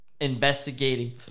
investigating